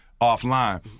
offline